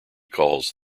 calls